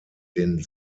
den